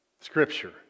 Scripture